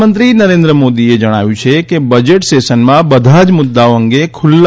પ્રધાનમંત્રી નરેન્દ્ર મોદીએ જણાવ્યું છે કે બજેટ સેશનમાં બધા જ મુદ્દાઓ અંગે ખુલા